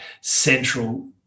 central